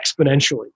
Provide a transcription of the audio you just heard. exponentially